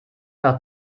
nach